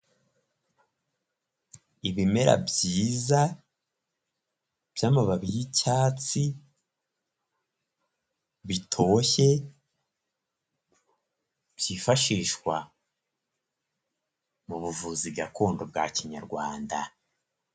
Ibimera byiza by'amababi y'icyatsi bitoshye, byifashishwa mu buvuzi gakondo bwa kinyarwanda.